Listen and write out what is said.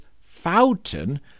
fountain